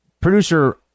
producer